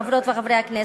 חברות וחברי הכנסת,